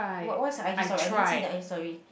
what what's her i_g story I didn't see the i_g story